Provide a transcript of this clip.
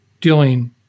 dealing